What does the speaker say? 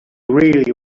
really